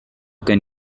can